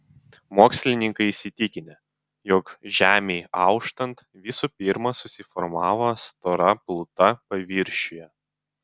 mokslininkai įsitikinę jog žemei auštant visų pirma susiformavo stora pluta paviršiuje